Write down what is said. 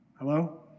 Hello